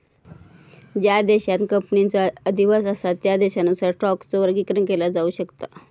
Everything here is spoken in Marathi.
ज्या देशांत कंपनीचो अधिवास असा त्या देशानुसार स्टॉकचो वर्गीकरण केला जाऊ शकता